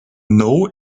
know